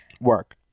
work